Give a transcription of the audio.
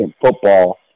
football